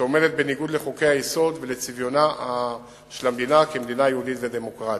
שעומדת בניגוד לחוקי-היסוד ולצביונה של המדינה כמדינה יהודית ודמוקרטית.